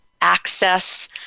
access